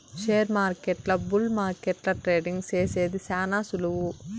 షేర్మార్కెట్ల బుల్ మార్కెట్ల ట్రేడింగ్ సేసేది శాన సులువు